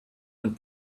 and